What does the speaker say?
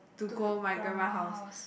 to your grandma house